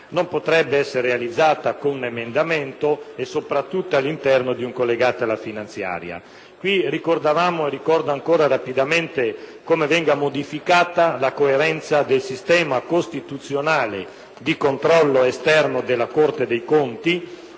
non potrebbe essere realizzata con un emendamento e soprattutto all'interno di un collegato alla finanziaria. Qui ricordavamo, e ricordo ancora rapidamente, come venga modificata la coerenza del sistema costituzionale di controllo esterno della Corte dei conti,